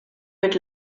wird